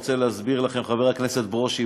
חבר הכנסת ברושי,